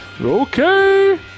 Okay